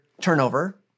turnover